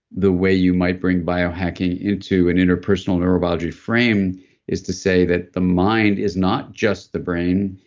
the way you might bring biohacking into an interpersonal neurobiology frame is to say that the mind is not just the brain,